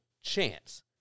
chance